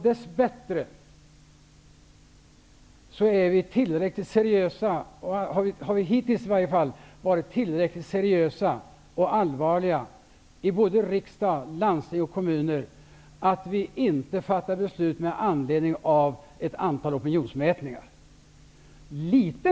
Dess bättre har vi hittills i varje fall varit tillräckligt seriösa och allvarliga i riksdag, landsting och kommuner så att vi inte har fattat beslut med anledning av ett antal opinionsmätningar.